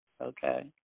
okay